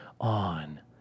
on